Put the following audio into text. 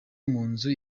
munzu